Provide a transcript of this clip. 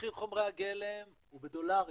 מחיר חומרי הגלם הוא בדולרים.